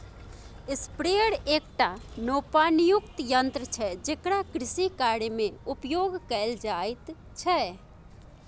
sprayer एकटा नोपानियुक्त यन्त्र छै जेकरा कृषिकार्यमे उपयोग कैल जाइत छै